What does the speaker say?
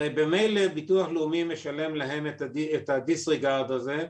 הרי במילא ביטוח לאומי משלם להן את הדיסריגרד הזה,